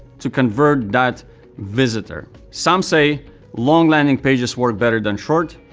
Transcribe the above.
to convert that visitor. some say long landing pages work better than short,